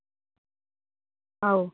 ꯑꯥꯎ